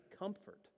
comfort